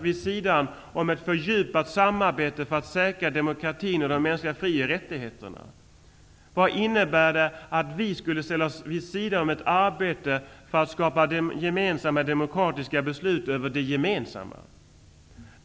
vid sidan av ett fördjupat samarbete för att säkra demokratin och de mänskliga fri och rättigheterna? Vad innebär det att vi skulle ställa oss vid sidan av ett arbete som går ut på att skapa gemensamma demokratiska beslut över det gemensamma?